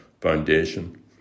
Foundation